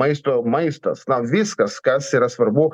maisto maistas na viskas kas yra svarbu